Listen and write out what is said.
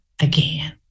again